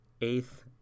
eighth